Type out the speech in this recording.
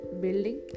building